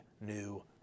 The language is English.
new